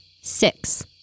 Six